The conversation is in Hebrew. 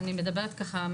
אני מדברת ככה,